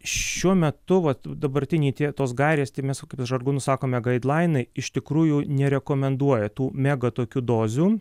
šiuo metu vat dabartiniai tie tos gairės tai mes kaip žargonu sakome gaidlainai iš tikrųjų nerekomenduoja tų mega tokių dozių